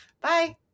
Bye